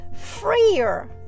freer